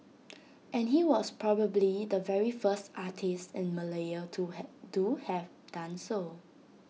and he was probably the very first artist in Malaya to have do have done so